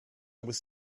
was